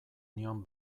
nion